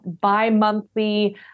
bi-monthly